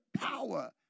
power